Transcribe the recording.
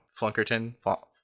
Flunkerton